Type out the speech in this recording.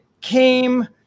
came